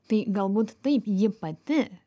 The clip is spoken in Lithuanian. tai galbūt taip ji pati